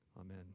Amen